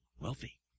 wealthy